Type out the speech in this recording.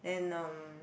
then um